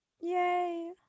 yay